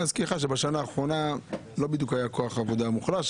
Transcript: אני רוצה להזכיר לך שבשנה האחרונה לא בדיוק היה כוח עבודה מוחלש,